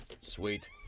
Sweet